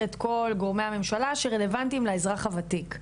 את כל גורמי הממשלה שרלוונטיים לאזרח הוותיק.